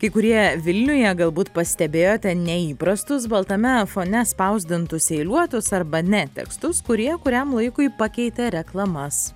kai kurie vilniuje galbūt pastebėjote neįprastus baltame fone spausdintus eiliuotus arba ne tekstus kurie kuriam laikui pakeitė reklamas